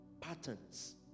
patterns